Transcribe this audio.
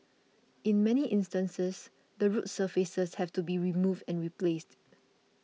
in many instances the road surfaces have to be removed and replaced